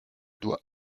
dois